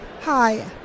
Hi